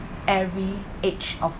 every age of